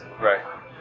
right